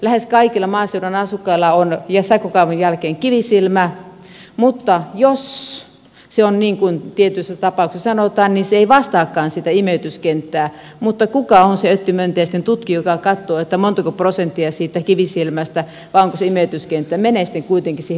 lähes kaikilla maaseudun asukkailla on sakokaivon jälkeen kivisilmä mutta jos se niin kuin tietyissä tapauksissa sanotaan ei vastaakaan sitä imetyskenttää niin kuka on se öttimöntiäisten tutkija joka katsoo montako prosenttia siitä kivisilmästä vai onko se imetyskenttä menee sitten kuitenkin siihen vesistöön